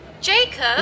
Jacob